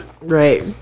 Right